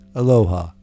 aloha